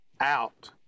out